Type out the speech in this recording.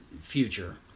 future